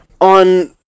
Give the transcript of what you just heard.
on